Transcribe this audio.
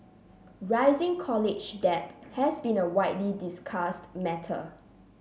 rising college debt has been a widely discussed matter